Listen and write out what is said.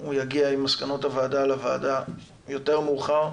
שהוא יגיע עם מסקנות הוועדה לוועדה יותר מאוחר.